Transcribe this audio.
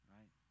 Right